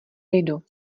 lidu